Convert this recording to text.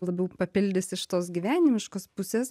labiau papildys iš tos gyvenimiškos pusės